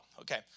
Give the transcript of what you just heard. okay